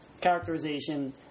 characterization